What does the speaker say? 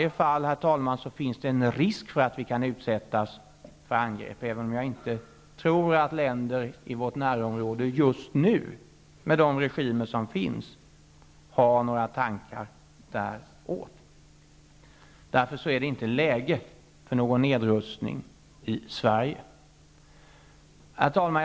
Det finns, herr talman, i varje fall en risk för att vi kan utsättas för angrepp -- även om jag inte tror att länder i vårt närområde just nu, med de regimer som finns, har några tankar åt det hållet. Det är därför inte läge för någon nedrustning i Sverige. Herr talman!